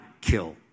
kill